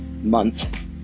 month